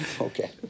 Okay